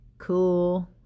cool